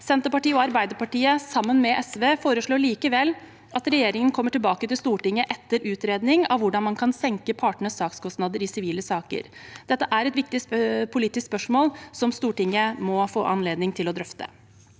Senterpartiet og Arbeiderpartiet foreslår, sammen med SV, likevel at regjeringen kommer tilbake til Stortinget etter utredningen av hvordan man kan senke partenes sakskostnader i sivile saker. Dette er et viktig politisk spørsmål som Stortinget må få anledning til å drøfte.